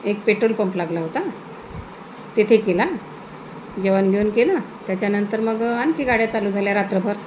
एक petrol pump लागला होता तेथे केला जेवण बिवन केला त्याच्यानंतर मग आणखी गाड्या चालू झाल्या रात्रभर